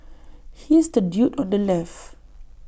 he's the dude on the left